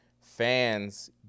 fans